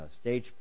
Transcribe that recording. stage